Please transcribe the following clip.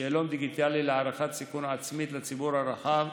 שאלון דיגיטלי להערכת סיכון עצמית לציבור הרחב,